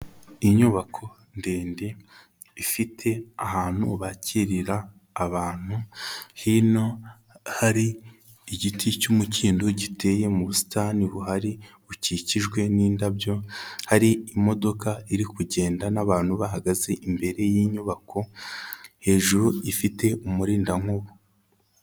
Inyubako ndende ifite ahantu bakirira abantu hino hari igiti cy'umukindo giteye mu busitani buhari bukikijwe n'indabyo, hari imodoka iri kugenda n'abantu bahagaze imbere yinyubako, hejuru ifite umurinda nkuba.